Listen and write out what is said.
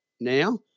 now